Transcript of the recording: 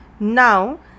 Now